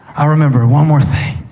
i remember one more thing.